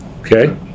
Okay